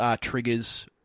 triggers